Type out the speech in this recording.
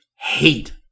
hate